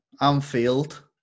Anfield